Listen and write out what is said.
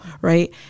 right